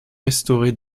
restaurés